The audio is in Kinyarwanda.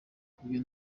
kubyo